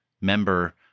member